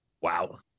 Wow